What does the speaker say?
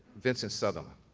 vincent southerland.